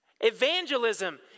Evangelism